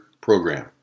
program